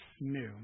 new